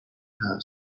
حرف